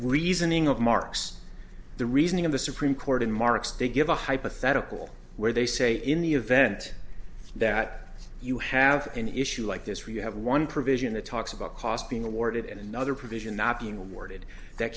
reasoning of marx the reasoning of the supreme court in marks to give a hypothetical where they say in the event that you have an issue like this where you have one provision that talks about costs being awarded in another provision not being awarded that